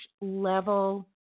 level